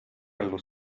allo